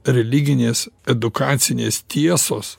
religinės edukacinės tiesos